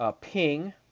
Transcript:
Ping